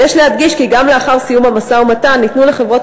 ויש להדגיש כי גם לאחר סיום המשא-ומתן ניתנו לחברות